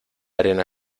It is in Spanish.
arena